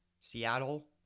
Seattle